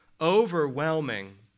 overwhelming